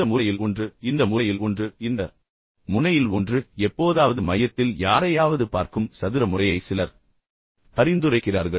இந்த மூலையில் ஒன்று இந்த மூலையில் ஒன்று மற்றொன்றில் ஒன்று இந்த முனையில் ஒன்று மற்றும் எப்போதாவது மையத்தில் யாரையாவது பார்க்கும் சதுர முறையை சிலர் பரிந்துரைக்கிறார்கள்